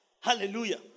Hallelujah